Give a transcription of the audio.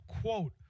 quote